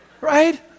right